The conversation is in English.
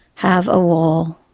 have a wall.